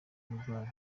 murwayi